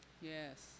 Yes